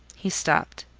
he stopped.